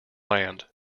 land